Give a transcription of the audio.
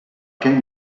què